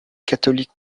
catholique